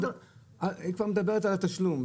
היא כבר מדברת על התשלום.